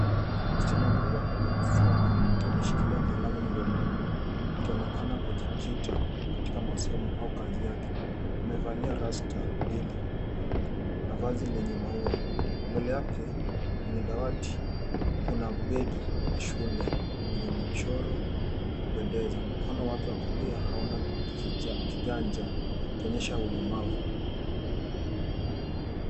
Msichana mdogo ako darasani akiwa ameshikilia kalamu mdomoni, akionekana kujikita katika masomo au kazi yake. Amevalia rasta mbili na vazi lenye maua. Mbele yake kwenye dawati kuna begi la shule yenye michoro ya kupendeza. Mkono wake wa kulia hauna kiganja kikionyesha ulemavu.